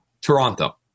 Toronto